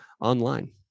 online